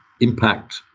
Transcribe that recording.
impact